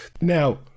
Now